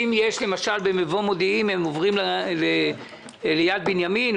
למה הורידו את זה ל-800?